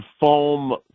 foam